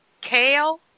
kale